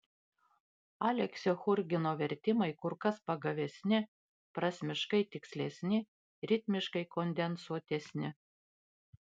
aleksio churgino vertimai kur kas pagavesni prasmiškai tikslesni ritmiškai kondensuotesni